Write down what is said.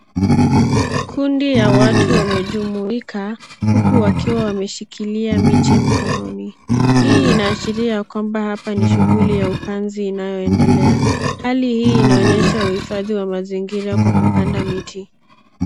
Kundi ya watu wamejumuika huku wakiwa wameshikilia miche mkononi. Hii inaashiria kwamba hapa ni shughuli ya upanzi inayoendelea. Hali hii inaonyesha uhifadhi wa mazingira kwa kupanda miti.